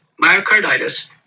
myocarditis